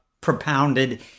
propounded